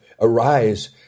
arise